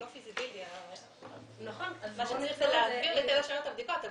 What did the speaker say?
מה שצריך זה להעביר לתל השומר את הבדיקות.